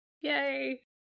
Yay